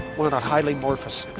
want a highly morphous